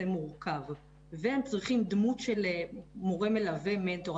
מורכב והם צריכים דמות של מורה מלווה מנטור,